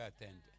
attend